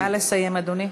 נא לסיים, אדוני.